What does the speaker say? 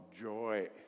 joy